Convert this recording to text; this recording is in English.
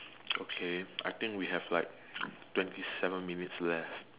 okay I think we have like twenty seven minutes left